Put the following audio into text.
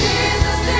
Jesus